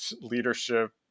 leadership